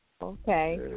Okay